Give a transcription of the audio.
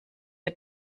der